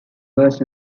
was